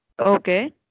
okay